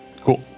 Cool